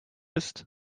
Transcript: ist